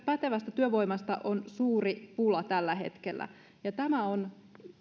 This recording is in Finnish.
pätevästä työvoimasta on suuri pula tällä hetkellä ja tämä on